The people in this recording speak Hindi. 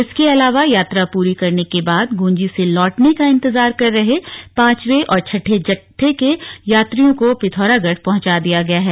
इसके अलावा यात्रा पूरी करने के बाद गुंजी से लौटने का इंतजार कर रहे पांचवें और छठे जत्थे के यात्रियों को पिथौरागढ पहुंचा दिया गया है